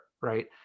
right